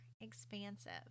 expansive